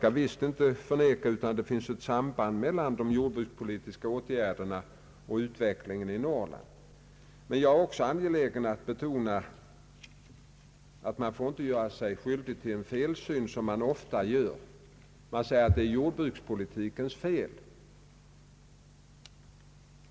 Jag skall inte förneka att det finns ett samband mellan de jordbrukspolitiska åtgärderna och utvecklingen i Norrland. Men jag är också angelägen att betona att man inte får göra sig skyldig till en felsyn av det slag som ofta förekommer när man skyller på jordbrukspolitiken.